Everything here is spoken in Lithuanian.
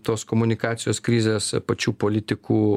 tos komunikacijos krizės pačių politikų